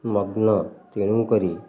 ମଗ୍ନ ତେଣୁ କରି